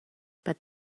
but